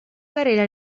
carrera